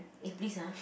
eh please ah